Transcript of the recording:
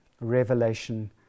revelation